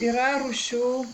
yra rūšių